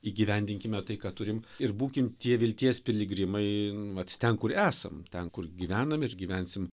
įgyvendinkime tai ką turim ir būkim tie vilties piligrimai vat ten kur esam ten kur gyvenam ir gyvensim